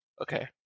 Okay